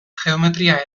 geometria